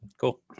cool